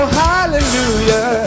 hallelujah